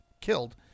killed